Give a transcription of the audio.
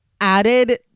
added